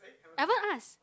haven't asked